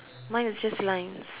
mine is just lines